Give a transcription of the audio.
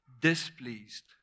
displeased